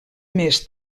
més